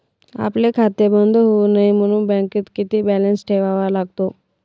आपले खाते बंद होऊ नये म्हणून बँकेत किती बॅलन्स ठेवावा लागतो?